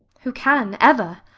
who can, ever?